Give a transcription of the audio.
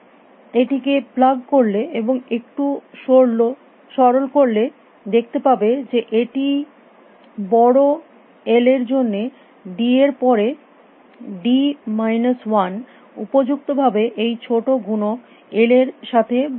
এটিকে প্লাগ করলে এবং একটু সরল করলে দেখতে পাবে যে এটি বড় এল এর জন্য ডি এর পরে ডি মাইনাস ওয়ান উপযুক্ত ভাবে এই ছোটো গুণক এল এর সাথে বাদ হয়ে যাবে